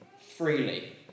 freely